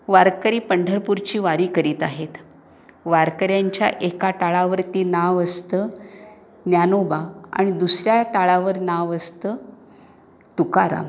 वारकरी पंढरपूरची वारी करीत आहेत वारकऱ्यांच्या एका टाळावरती नाव असतं ज्ञानोबा आणि दुसऱ्या टाळावर नाव असतं तुकाराम